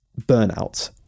Burnout